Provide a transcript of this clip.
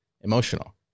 emotional